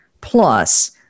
plus